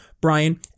brian